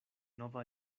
nova